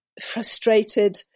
frustrated